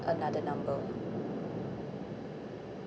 another number